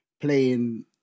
playing